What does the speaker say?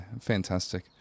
fantastic